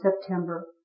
September